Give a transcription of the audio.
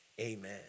Amen